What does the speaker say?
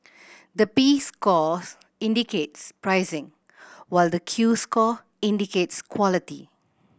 the P scores indicates pricing while the Q score indicates quality